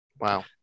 Wow